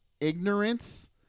ignorance